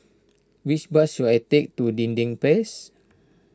which bus should I take to Dinding Place